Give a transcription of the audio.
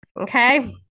Okay